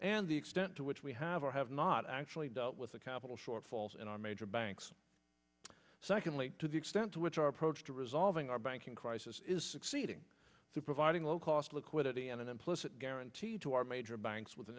and the extent to which we have or have not actually dealt with the capital shortfalls in our major banks secondly to the extent to which our approach to resolving our banking crisis is succeeding through providing low cost liquidity and an implicit guarantee to our major banks with an